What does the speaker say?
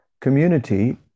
community